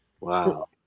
wow